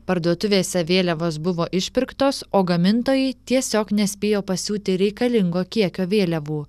parduotuvėse vėliavos buvo išpirktos o gamintojai tiesiog nespėjo pasiūti reikalingo kiekio vėliavų